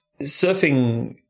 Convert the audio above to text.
surfing